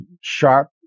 sharp